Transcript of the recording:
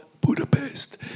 Budapest